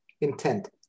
intent